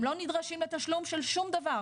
הם לא נדרשים לתשלום של שום דבר,